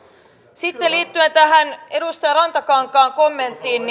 liittyen edustaja rantakankaan kommenttiin